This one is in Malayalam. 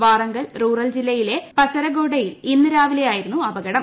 വാറങ്കൽ റൂറൽ ജില്ലയിലെ പസരഗോണ്ടയിൽ ഇന്ന് രാവിലെയായിരുന്നു അപകടം